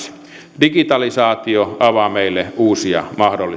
hyväksi digitalisaatio avaa meille uusia